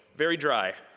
very dry.